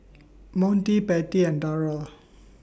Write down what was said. Monty Patty and Darold